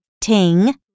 ting